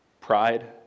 Pride